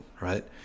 right